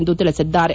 ಎಂದು ತಿಳಿಸಿದ್ದಾರೆ